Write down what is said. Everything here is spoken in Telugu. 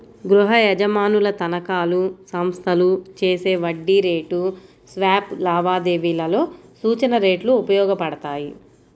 గృహయజమానుల తనఖాలు, సంస్థలు చేసే వడ్డీ రేటు స్వాప్ లావాదేవీలలో సూచన రేట్లు ఉపయోగపడతాయి